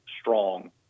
strong